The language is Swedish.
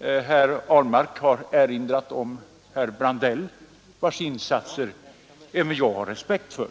Herr Ahlmark har rikets förhållande erinrat om herr Brandell, vars insatser även jag har respekt för.